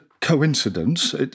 Coincidence